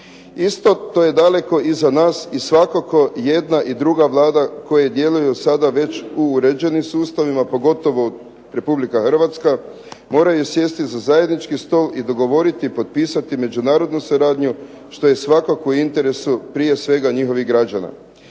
Isto to je daleko iza nas i svakako jedna i druga vlada koje djeluju sada već u uređenim sustavima, pogotovo Republika Hrvatska, moraju sjesti za zajednički stol i dogovoriti i potpisati međunarodnu suradnju što je svakako u interesu prije svega njihovih građana.